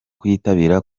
kuyitabira